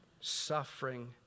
suffering